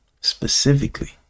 specifically